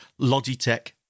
Logitech